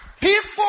People